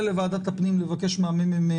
או שאני אציע לוועדת הפנים לבקש מהמ.מ.מ.